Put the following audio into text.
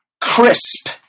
crisp